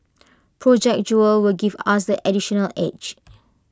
project jewel will give us this additional edge